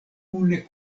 kune